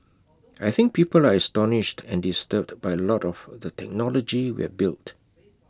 I think people are astonished and disturbed by A lot of the technology we have built